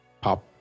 pop